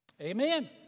Amen